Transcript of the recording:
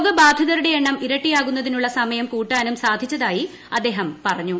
രോഗബാധിതരുടെ എണ്ണം ഇരട്ടിയാകുന്നതിനുള്ള സമയം കൂട്ടാനും സാധിച്ചതായി അദ്ദേഹം പറഞ്ഞു